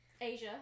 Asia